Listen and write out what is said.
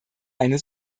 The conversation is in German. eine